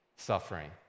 Suffering